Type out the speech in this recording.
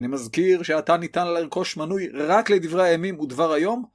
אני מזכיר שעתה ניתן לרכוש מנוי רק לדברי הימים ודבר היום.